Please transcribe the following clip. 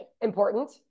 important